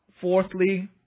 Fourthly